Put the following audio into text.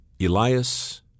Elias